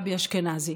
גבי אשכנזי.